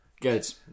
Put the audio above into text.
Good